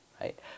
right